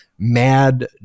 mad